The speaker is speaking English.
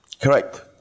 Correct